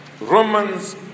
Romans